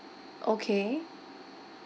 okay